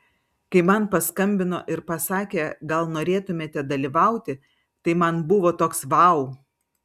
kai man paskambino ir pasakė gal norėtumėte dalyvauti tai man buvo toks vau